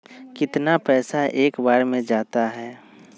कितना पैसा एक बार में जाता है?